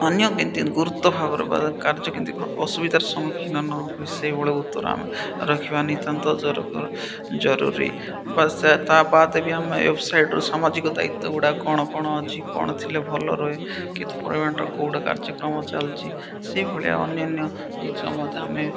ଅନ୍ୟ କେମିତି ଗୁରୁତ୍ୱ ଭାବରେ ବା କାର୍ଯ୍ୟ କେମିତି ଅସୁବିଧାର ସମ୍ମୁଖୀନ ନ ହୁଏ ସେଇଭଳି ଉତ୍ତର ଆମେ ରଖିବା ନିତ୍ୟାନ୍ତ ଜରୁରୀ ବା ତାବାଦେ ବି ଆମେ ୱବସାଇଟରୁ ସାମାଜିକ ଦାୟିତ୍ୱ ଗୁଡ଼ା କ'ଣ କ'ଣ ଅଛି କ'ଣ ଥିଲେ ଭଲ ରହେ କେତେ ପରିମାଣର କେଉଁଟା କାର୍ଯ୍ୟକ୍ରମ ଚାଲିଛି ସେଇଭଳିଆ ଅନ୍ୟାନ୍ୟ ଜିନିଷ ମଧ୍ୟ ଆମେ